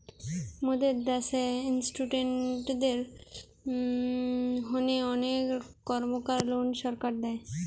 মোদের দ্যাশে ইস্টুডেন্টদের হোনে অনেক কর্মকার লোন সরকার দেয়